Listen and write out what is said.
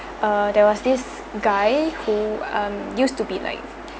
uh there was this guy who um used to be like